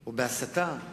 או בהסתה,